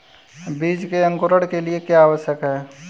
बीज के अंकुरण के लिए क्या आवश्यक है?